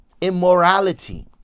immorality